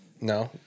No